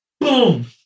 Boom